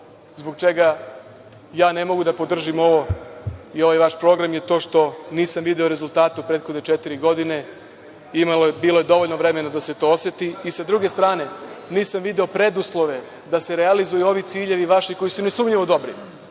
zbog čega ja ne mogu da podržim ovaj vaš program je to što nisam video rezultate u prethodne četiri godine, a bilo je dovoljno vremena da se to oseti. Sa druge strane, nisam video preduslove da se realizuju ovi ciljevi vaši, koji su nesumnjivo dobri.